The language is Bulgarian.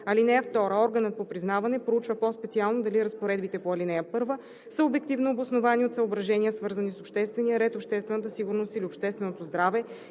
(2) Органът по признаване проучва по-специално дали разпоредбите по ал. 1 са обективно обосновани от съображения, свързани с обществения ред, обществената сигурност или общественото здраве,